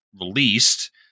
released